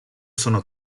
sono